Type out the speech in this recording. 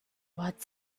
what